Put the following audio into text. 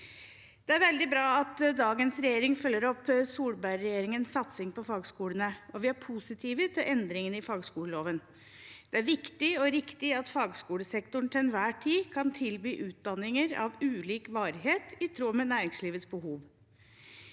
Det er veldig bra at dagens regjering følger opp Solberg-regjeringens satsing på fagskolene, og vi er positive til endringene i fagskoleloven. Det er viktig og riktig at fagskolesektoren til enhver tid kan tilby utdanninger av ulik varighet i tråd med næringslivets behov.